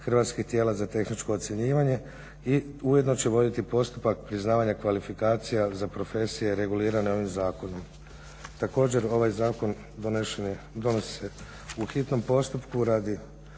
hrvatskih tijela za tehničko ocjenjivanje i ujedno će voditi postupak priznavanja kvalifikacija za profesije regulirane ovim zakonom. Također ovaj zakon donesen je, donosi se u hitnom postupku radi